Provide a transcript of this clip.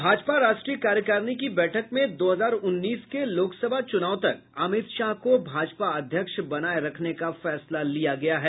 भाजपा राष्ट्रीय कार्यकारिणी की बैठक में दो हजार उन्नीस के लोकसभा चुनाव तक अमित शाह को भाजपा अध्यक्ष बनाये रखने का फैसला लिया गया है